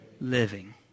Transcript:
living